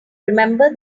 remember